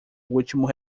último